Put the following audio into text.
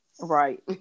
Right